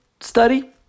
study